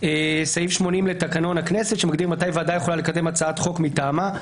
סעיף 80 לתקנון הכנסת שמגדיר מתי ועדה יכולה לקדם הצעת חוק מטעמה.